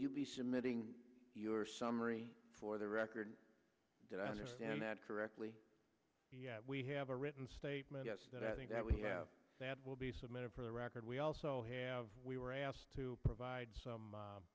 you be submitting your summary for the record that i understand that correctly we have a written statement that i think that we have that will be submitted for the record we also have we were asked to provide some